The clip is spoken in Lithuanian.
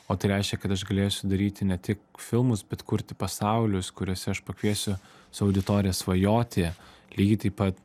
o tai reiškia kad aš galėsiu daryti ne tik filmus bet kurti pasaulius kuriuose aš pakviesiu savo auditoriją svajoti lygiai taip pat